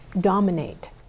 dominate